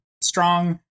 strong